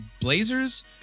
Blazers